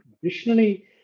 traditionally